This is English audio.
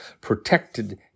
protected